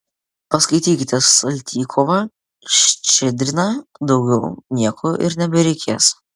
paskaitykite saltykovą ščedriną daugiau nieko ir nebereikės